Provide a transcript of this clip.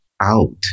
out